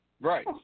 Right